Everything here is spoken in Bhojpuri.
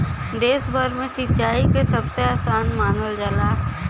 देश भर में सिंचाई के सबसे आसान मानल जाला